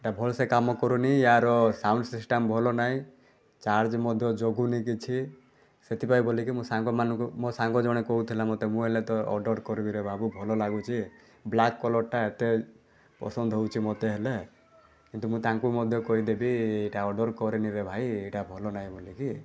ଏଇଟା ଭଲସେ କାମ କରୁନି ୟାର ସାଉଣ୍ଡ୍ ସିଷ୍ଟମ୍ ଭଲ ନାହିଁ ଚାର୍ଜ ମଧ୍ୟ ଜଗୁନି କିଛି ସେଥିପାଇଁ ବୋଲିକି ମୁଁ ସାଙ୍ଗମାନଙ୍କୁ ମୋ ସାଙ୍ଗ ଜଣେ କହୁଥିଲା ମୋତେ ମୁଁ ହେଲେ ତ ଅର୍ଡ଼ର୍ କରିବିରେ ବାବୁ ଭଲ ଲାଗୁଛି ବ୍ଲାକ୍ କଲର୍ଟା ଏତେ ପସନ୍ଦ ହେଉଛି ମୋତେ ହେଲେ କିନ୍ତୁ ମୁଁ ତାଙ୍କୁ ମଧ୍ୟ କହିଦେବି ଏଇଟା ଅର୍ଡ଼ର୍ କରନିରେ ଭାଇ ଏଇଟା ଭଲନାହିଁ ବୋଲିକି